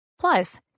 Plus